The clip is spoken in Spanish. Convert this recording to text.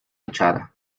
echada